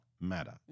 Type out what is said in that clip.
matter